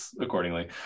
accordingly